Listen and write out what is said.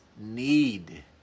need